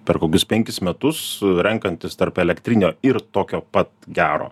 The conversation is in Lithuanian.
per kokius penkis metus renkantis tarp elektrinio ir tokio pat gero